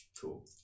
Cool